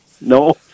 No